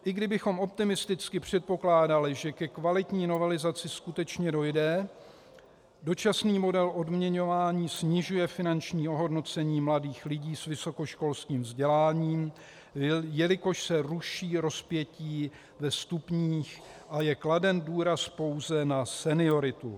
I kdybychom optimisticky předpokládali, že ke kvalitní novelizaci skutečně dojde, dočasný model odměňovaní snižuje finanční ohodnocení mladých lidí s vysokoškolským vzděláním, jelikož se ruší rozpětí ve stupních a je kladen důraz pouze na senioritu.